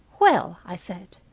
well! i said.